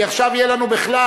כי עכשיו יהיה לנו בכלל,